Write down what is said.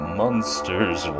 monsters